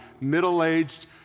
middle-aged